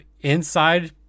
inside